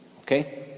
Okay